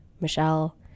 Michelle